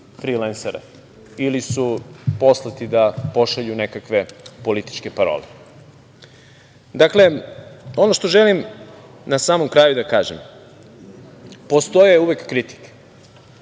ili su poslati da pošalju nekakve političke parole. Ono što želim na samom kraju da kažem, postoje uvek kritike